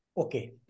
Okay